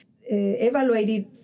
Evaluated